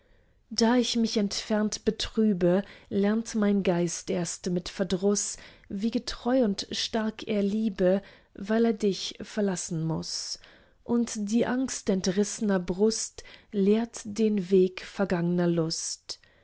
da ich mich entfernt betrübe lernt mein geist erst mit verdruß wie getreu und stark er liebe weil er dich verlassen muß und die angst entriss'ner brust lehrt den wert vergangner lust